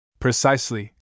precisely